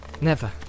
Never